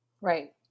right